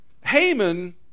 Haman